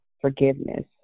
forgiveness